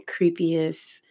creepiest